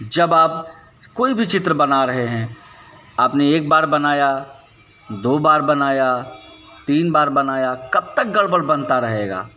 जब आप कोई भी चित्र बना रहे हैं आपने एक बार बनाया दो बार बनाया तीन बार बनाया कब तक गड़बड़ बनता रहेगा